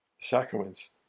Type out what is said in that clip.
sacraments